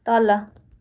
तल